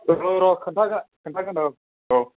औ र' खोनथागो खोनथागोन औ औ